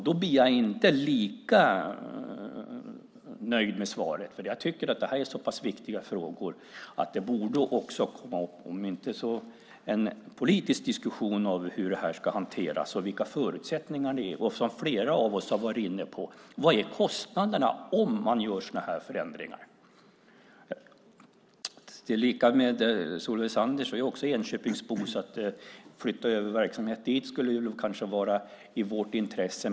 Då blir jag inte lika nöjd med svaret. Jag tycker att det här är så pass viktiga frågor att de borde komma upp åtminstone i en politisk diskussion om hur det här ska hanteras och vilka förutsättningar som gäller. Och som flera av oss har varit inne på: Vad är kostnaderna om man gör sådana här förändringar? Precis som Solveig Zander är jag Enköpingsbo, så att flytta över verksamhet dit skulle kanske vara i vårt intresse.